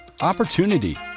Opportunity